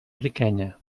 riquenya